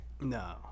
no